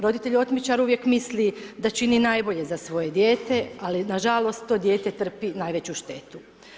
Roditelj otmičar uvijek misli da čini najbolje za svoje dijete, ali nažalost to dijete trpi najveću štetu.